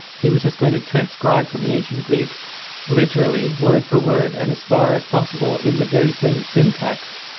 he was just going to transcribe from the ancient greek literally, word for word, and as far as possible in the very same syntax.